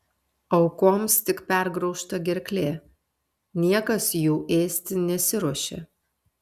aukoms tik pergraužta gerklė niekas jų ėsti nesiruošė